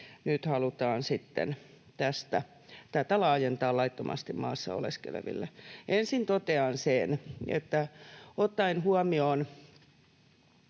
nyt halutaan sitten tätä laajentaa laittomasti maassa oleskeleville. Ensin totean sen, että ottaen huomioon